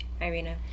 Irina